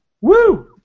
Woo